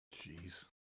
Jeez